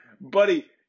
buddy